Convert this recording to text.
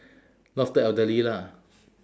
look after elderly lah